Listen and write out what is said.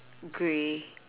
grey